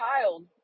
child